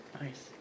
Nice